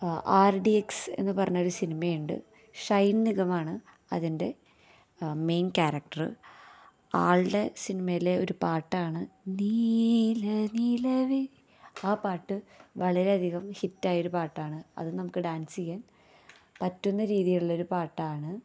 ആര് D X എന്നു പറഞ്ഞൊരു സിനിമയുണ്ട് ഷൈന് നിഗമാണ് അതിന്റെ മെയിന് ക്യാരക്റ്ററ് ആളുടെ സിനിമയിലെ ഒരു പാട്ടാണ് നീല നിലവെ ആ പാട്ട് വളരെയധികം ഹിറ്റായൊരു പാട്ടാണ് അത് നമുക്ക് ഡാന്സ് ചെയ്യാന് പറ്റുന്ന രീതിയിലുള്ളൊരു പാട്ടാണ്